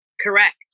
Correct